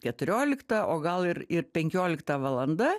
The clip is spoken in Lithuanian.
keturiolikta o gal ir ir penkiolikta valanda